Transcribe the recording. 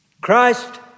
Christ